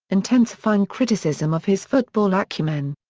intensifying criticism of his football acumen.